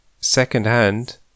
second-hand